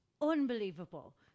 unbelievable